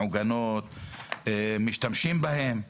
מעוגנות ומשתמשים בהן.